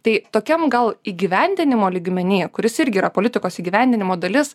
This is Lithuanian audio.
tai tokiam gal įgyvendinimo lygmeny kuris irgi yra politikos įgyvendinimo dalis